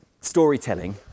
storytelling